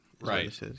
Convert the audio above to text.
Right